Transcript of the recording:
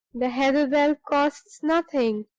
the heather-bell costs nothing!